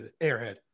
airhead